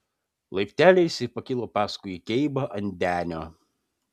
laipteliais ji pakilo paskui geibą ant denio